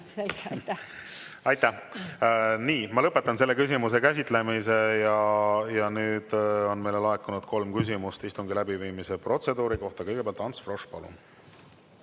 Aitäh! Nii, ma lõpetan selle küsimuse käsitlemise. Ja nüüd on meile laekunud kolm küsimust istungi läbiviimise protseduuri kohta. Kõigepealt, Ants Frosch, palun!